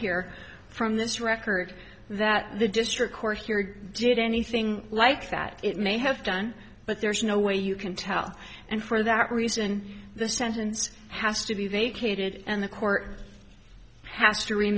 here from this record that the district court here did anything like that it may have done but there's no way you can tell and for that reason the sentence has to be vacated and the court has thre